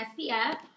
SPF